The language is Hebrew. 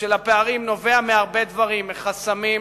של הפערים נובע מהרבה דברים, מחסמים,